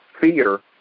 fear